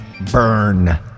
burn